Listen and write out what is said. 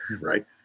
right